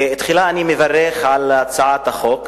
תחילה, אני מברך על הצעת החוק,